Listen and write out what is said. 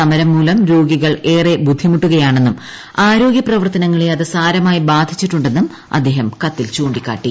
സമരം മൂലം രോഗികൾ ഏറെ ബുദ്ധിമുട്ടുകയാണെന്നും ആരോഗ്യ പ്രവർത്തനങ്ങളെ അത് സാരമായി ബാധച്ചിട്ടുണ്ടെന്നും അദ്ദേഹം കത്തിൽ ചൂണ്ടിക്കാട്ടി